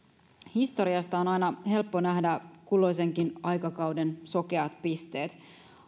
historiasta on aina helppo nähdä kulloisenkin aikakauden sokeat pisteet